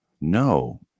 No